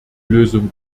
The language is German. lösung